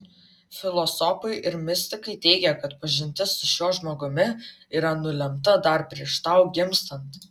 filosofai ir mistikai teigia kad pažintis su šiuo žmogumi yra nulemta dar prieš tau gimstant